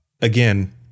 again